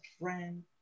friend